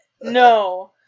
No